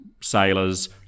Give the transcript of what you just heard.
Sailors